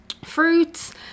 Fruits